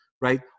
right